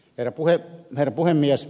herra puhemies